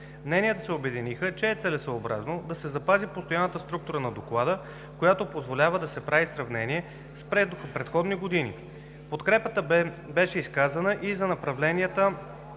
Мненията се обединиха, че е целесъобразно да се запази постоянната структура на Доклада, която позволява да се прави сравнение с предходни години. Подкрепа беше изказана и за направленията